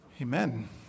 Amen